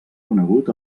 conegut